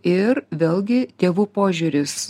ir vėlgi tėvų požiūris